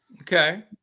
Okay